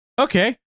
Okay